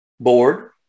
board